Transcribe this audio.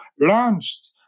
launched